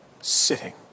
Sitting